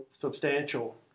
substantial